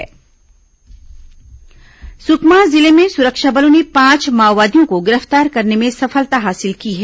माओवादी समाचार सुकमा जिले में सुरक्षा बलों ने पांच माओवादियों को गिरफ्तार करने में सफलता हासिल की है